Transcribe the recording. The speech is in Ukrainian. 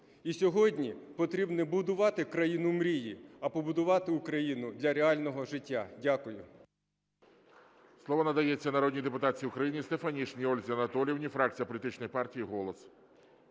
і сьогодні потрібно не будувати країну мрії, а побудувати Україну для реального життя. Дякую.